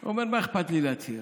הוא אומר: מה אכפת לי להצהיר?